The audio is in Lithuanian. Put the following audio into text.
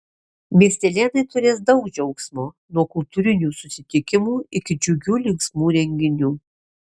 miestelėnai turės daug džiaugsmo nuo kultūrinių susitikimų iki džiugių linksmų renginių